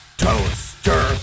toaster